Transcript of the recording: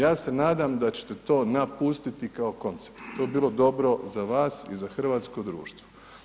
Ja se nadam da ćete to napustiti kao koncept, to bi bilo dobro za vas i za hrvatsko društvo.